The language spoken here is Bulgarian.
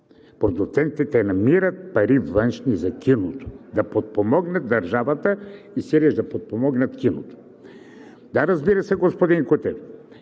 продуцентите намират пари, външни за киното, да подпомогнат държавата и сиреч да подпомогнат киното. Да, разбира се, господин Кутев,